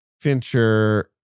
Fincher